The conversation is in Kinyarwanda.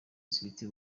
zifite